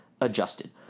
adjusted